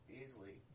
easily